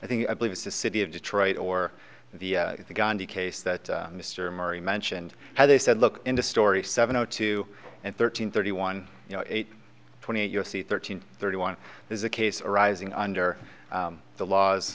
i think i believe it's the city of detroit or the gandhi case that mr murray mentioned how they said look into story seven o two and thirteen thirty one you know eight twenty eight you'll see thirteen thirty one there's a case arising under the laws